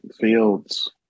Fields